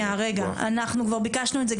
אנחנו כבר ביקשנו את זה.